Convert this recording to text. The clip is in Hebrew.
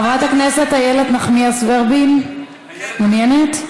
חברת הכנסת איילת נחמיאס ורבין, מעוניינת?